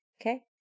Okay